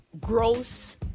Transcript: gross